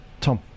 Tom